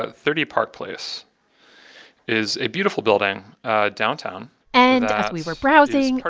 ah thirty park place is a beautiful building downtown and as we were browsing,